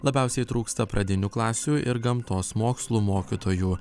labiausiai trūksta pradinių klasių ir gamtos mokslų mokytojų